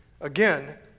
again